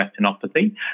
retinopathy